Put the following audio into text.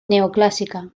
neoclásica